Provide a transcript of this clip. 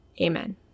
Amen